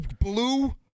blue